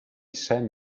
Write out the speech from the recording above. sam